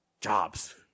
jobs